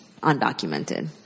undocumented